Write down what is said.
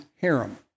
harem